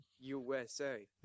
USA